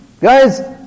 guys